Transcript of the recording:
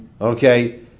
Okay